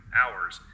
hours